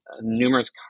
numerous